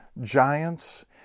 giants